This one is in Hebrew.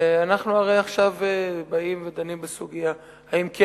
הרי עכשיו אנחנו באים ודנים בסוגיה אם כן